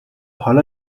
حالا